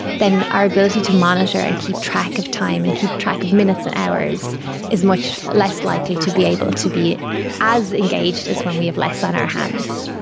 then our ability to monitor and keep track of time and keep track of minutes and hours is much less likely to be able to be as engaged as when we have less on our hands.